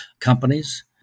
companies